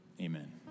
Amen